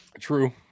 True